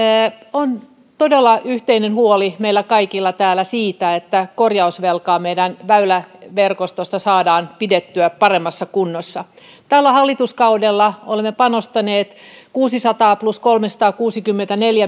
on todella yhteinen huoli meillä kaikilla täällä siitä että korjausvelka meidän väyläverkostostamme saadaan pidettyä paremmassa kunnossa tällä hallituskaudella olemme panostaneet kuusisataa plus kolmesataakuusikymmentäneljä